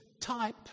type